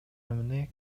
эмне